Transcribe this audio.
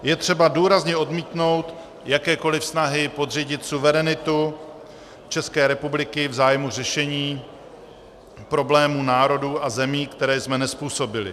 Je třeba důrazně odmítnout jakékoliv snahy podřídit suverenitu České republiky v zájmu řešení problémů národů a zemí, které jsme nezpůsobili.